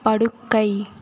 படுக்கை